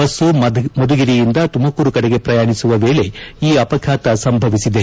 bus ಮಧುಗಿರಿಯಿಂದ ತುಮಕೂರು ಕಡೆಗೆ ಪ್ರಯಾಣಿಸುವ ವೇಳೆ ಈ ಅಪಘಾತ ಸಂಭವಿಸಿದೆ